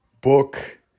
book